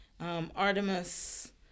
Artemis